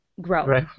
grow